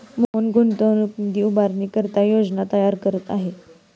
मोहन गुंतवणूक निधी उभारण्याकरिता योजना तयार करत आहे